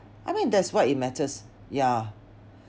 I mean that's what it matters yeah